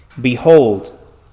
Behold